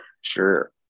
Sure